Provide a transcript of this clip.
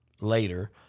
later